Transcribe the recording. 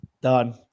Done